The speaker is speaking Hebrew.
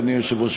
אדוני היושב-ראש,